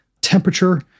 temperature